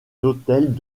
hôtels